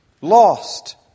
lost